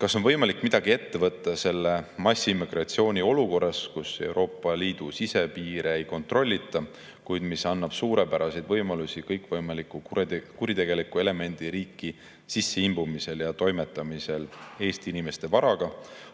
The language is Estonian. kas on võimalik midagi ette võtta selle massiimmigratsiooni olukorras, kus Euroopa Liidu sisepiire ei kontrollita, kuid mis annab suurepäraseid võimalusi kõikvõimalike kuritegelike elementide riiki sisseimbumiseks ja toimetamiseks Eesti inimeste varaga,